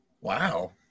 Wow